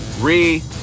re-